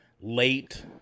late